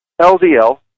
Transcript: LDL